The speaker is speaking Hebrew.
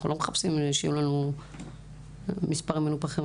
אנחנו לא מחפשים שיהיו לנו מספרים מנופחים.